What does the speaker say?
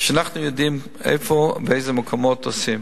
ואנחנו יודעים איפה, באיזה מקומות עושים.